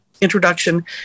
introduction